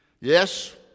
Yes